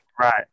Right